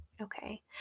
okay